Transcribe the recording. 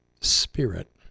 spirit